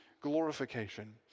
glorification